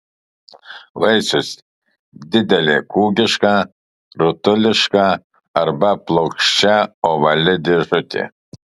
vaisius didelė kūgiška rutuliška arba plokščia ovali dėžutė